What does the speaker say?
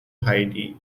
heidi